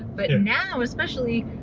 but now, especially,